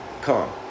come